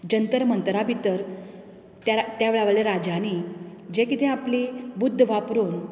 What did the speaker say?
जंतर मंतरा भितर त्या त्या वेळा वयल्या राजांनी जे कितें आपली बुद्द वापरून